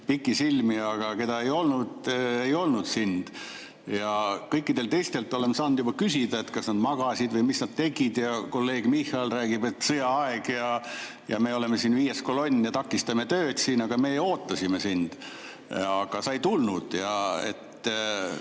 pikisilmi. Aga keda ei olnud? Sind ei olnud. Kõikidelt teistel oleme saanud juba küsida, kas nad magasid või mis nad tegid. Kolleeg Michal räägib, et sõjaaeg, me oleme siin viies kolonn ja takistame tööd, aga me ootasime sind, kuid sa ei tulnud.